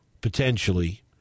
potentially